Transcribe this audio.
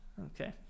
Okay